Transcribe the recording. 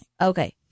Okay